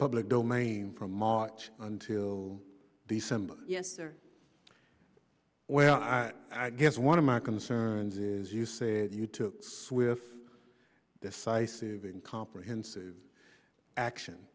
public domain from march until december yes or well i guess one of my concerns is you said you took swift decisive in comprehensive action